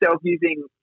using